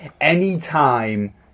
anytime